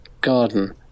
Garden